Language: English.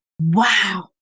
Wow